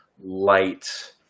light